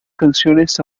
canciones